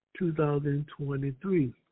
2023